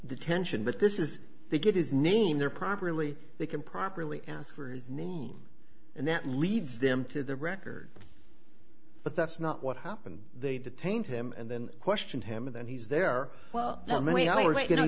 detention but this is they get his name there properly they can properly ask for his name and that leads them to the record but that's not what happened they detained him and then question him and then he's there well let me tell you what you don't